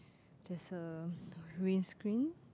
this a windscreen